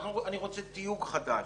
אנחנו רוצים תיוג חדש,